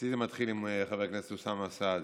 אצלי זה מתחיל עם חבר הכנסת אוסאמה סעדי.